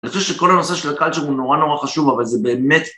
אני חושב שכל הנושא של הקלטשר הוא נורא נורא חשוב, אבל זה באמת...